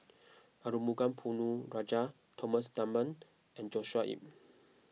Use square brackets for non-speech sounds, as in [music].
Arumugam Ponnu Rajah Thomas Dunman and Joshua [unintelligible]